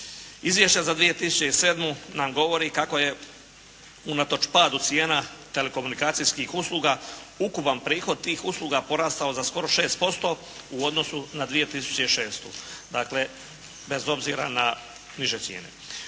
Izvješće za 2007. nam govori kako je unatoč padu cijena telekomunikacijskih usluga ukupan prihod tih usluga porastao za skoro 6% u odnosu na 2006. dakle bez obzira na niže cijene.